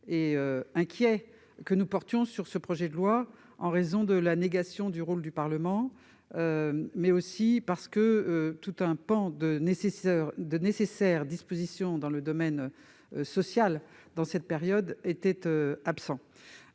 et inquiet que nous portions sur ce projet de loi, en raison de la négation du rôle du Parlement, mais aussi de l'absence de tout un pan de nécessaires dispositions dans le domaine social dans cette période.